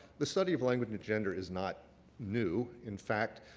the study of language and gender is not new. in fact,